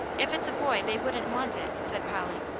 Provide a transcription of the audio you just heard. if it's a boy, they wouldn't want it, said polly.